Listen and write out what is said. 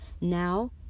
now